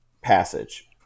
passage